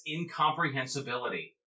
incomprehensibility